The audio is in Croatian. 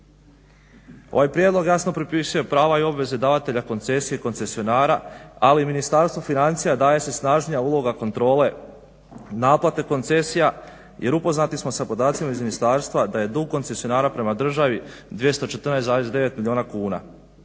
Ovaj prijedlog jasno propisuje prava i obveze davatelja koncesije i koncesionara, ali i Ministarstvu financija daje se snažnija uloga kontrole naplate koncesija jer upoznati smo sa podacima iz ministarstva da je dug koncesionara prema državi 214,9 milijuna kuna